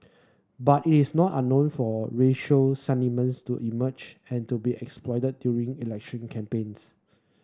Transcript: but it is not unknown for racial sentiments to emerge and to be exploited during election campaigns